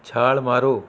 ਛਾਲ ਮਾਰੋ